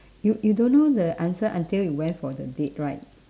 you you don't know the answer until you went for the date right